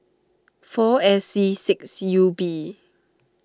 four S C six U B